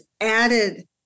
added